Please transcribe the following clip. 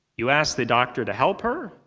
you asked the doctor to help her?